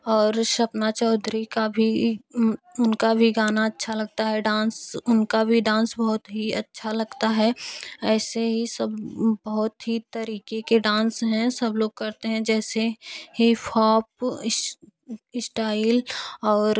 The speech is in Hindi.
और सपना चौधरी का भी उनका भी गाना अच्छा लगता है डांस उनका भी डांस बहुत ही अच्छा लगता है ऐसे ही सब बहुत ही तरीके के डांस हैं सब लोग करते हैं जैसे हिपहॉप स्टाइल और